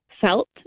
felt